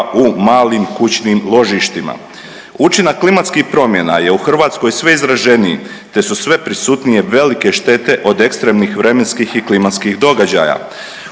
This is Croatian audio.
u malim kućnim ložištima. Učinak klimatskih promjena je u Hrvatskoj sve izraženiji, te su sve prisutnije velike štete od ekstremnih vremenskih i klimatskih događaja.